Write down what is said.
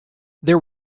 there